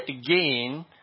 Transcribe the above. again